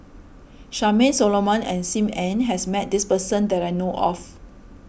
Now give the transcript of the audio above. Charmaine Solomon and Sim Ann has met this person that I know of